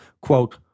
quote